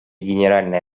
генеральной